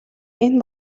энэ